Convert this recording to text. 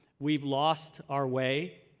we've lost our way.